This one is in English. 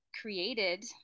created